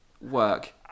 work